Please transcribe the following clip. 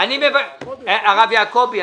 הרב יעקבי,